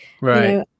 Right